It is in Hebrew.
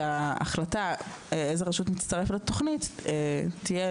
שההחלטה איזו רשות מצטרפת לתוכנית תהיה